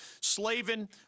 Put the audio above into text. Slavin